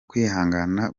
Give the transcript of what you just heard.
kwihangana